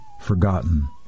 forgotten